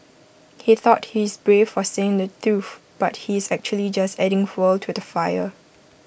he thought he's brave for saying the truth but he's actually just adding fuel to the fire